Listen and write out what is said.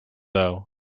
though